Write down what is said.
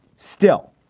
still,